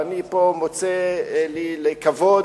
ואני מוצא פה לי לכבוד